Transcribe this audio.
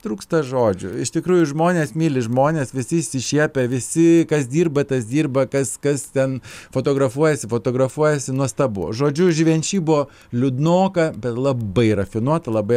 trūksta žodžių iš tikrųjų žmonės myli žmones visi išsišiepę visi kas dirba tas dirba kas kas ten fotografuojasi fotografuojasi nuostabu žodžiu živenšy buvo liūdnoka bet labai rafinuota labai